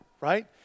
right